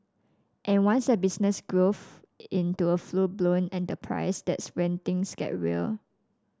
and once a business grows into a full blown enterprise that's when things get real